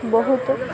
ବହୁତ